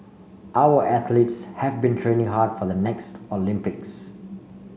our athletes have been training hard for the next Olympics